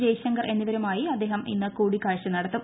ജയ്ശങ്കർ എന്നിവരുമായി അദ്ദേഹം ഇന്ന് കൂടിക്കാഴ്ച നടത്തും